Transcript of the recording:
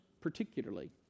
particularly